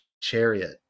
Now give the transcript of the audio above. chariot